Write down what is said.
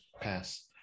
Pass